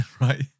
Right